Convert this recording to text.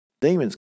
demons